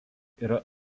yra